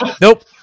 Nope